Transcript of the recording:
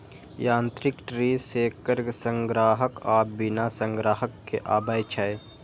यांत्रिक tree shaker संग्राहक आ बिना संग्राहक के आबै छै